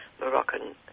Moroccan